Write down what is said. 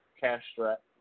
cash-strapped